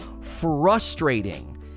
frustrating